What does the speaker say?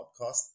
podcast